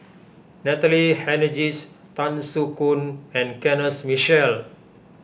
Natalie Hennedige's Tan Soo Khoon and Kenneth Mitchell